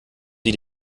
sie